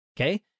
Okay